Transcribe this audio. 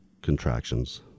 contractions